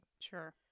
Sure